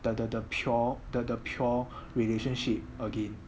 the the the pure the the pure relationship again